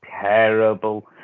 terrible